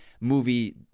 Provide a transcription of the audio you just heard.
movie